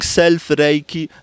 self-Reiki